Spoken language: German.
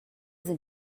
sind